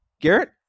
Garrett